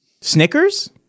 Snickers